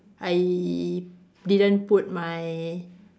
I didn't put my